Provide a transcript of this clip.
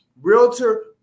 realtor